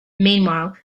meanwhile